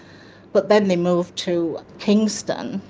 but then they moved to kingston,